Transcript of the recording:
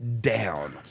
down